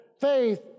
Faith